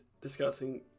discussing